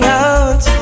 out